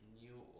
new